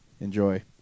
Enjoy